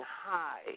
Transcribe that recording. high